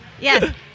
Yes